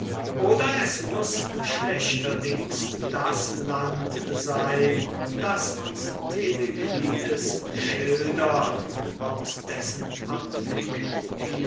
oder es muß schlechterdings das land sein das uns teleklides schildert aus dessen